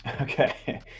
okay